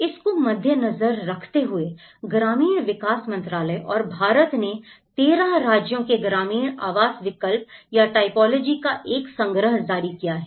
इसको मध्य नजर रखते हुए ग्रामीण विकास मंत्रालय और भारत सरकार ने तेरा राज्यों के ग्रामीण आवास विकल्प या टाइपोलॉजी का एक संग्रह जारी किया है